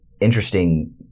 interesting